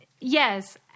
Yes